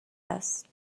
است